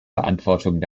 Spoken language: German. verantwortung